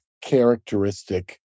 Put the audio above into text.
characteristic